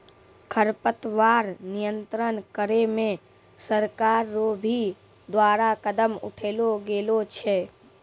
खरपतवार नियंत्रण करे मे सरकार रो भी द्वारा कदम उठैलो गेलो छै